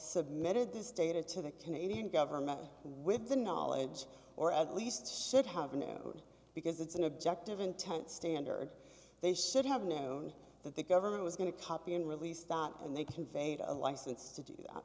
submitted this data to the canadian government with the knowledge or at least should have a new word because it's an objective intent standard they should have known that the government was going to copy and release that and they conveyed a license to do